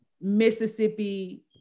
Mississippi